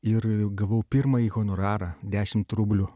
ir gavau pirmąjį honorarą dešimt rublių